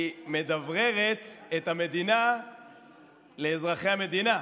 היא מדבררת את המדינה לאזרחי המדינה,